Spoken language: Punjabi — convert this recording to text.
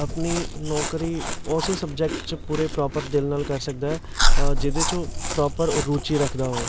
ਆਪਣੀ ਨੌਕਰੀ ਉਸ ਸਬਜੈਕਟ 'ਚ ਪੂਰੇ ਪ੍ਰੋਪਰ ਦਿਲ ਨਾਲ ਕਰ ਸਕਦਾ ਹੈ ਜਿਹਦੇ 'ਚ ਉਹ ਪ੍ਰੋਪਰ ਉਹ ਰੁਚੀ ਰੱਖਦਾ ਹੋਵੇ